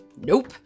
Nope